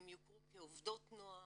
הן יוכרו כעובדות נוער,